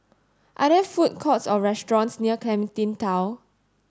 are there food courts or restaurants near Clementi Town